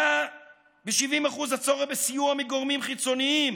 עלה ב-70% הצורך בסיוע מגורמים חיצוניים,